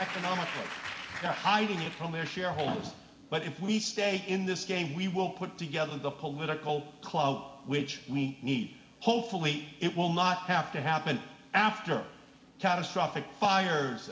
the hiding it from their shareholders but if we stay in this game we will put together the political clout which we need hopefully it will not have to happen after catastrophic fires